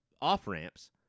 off-ramps